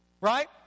Right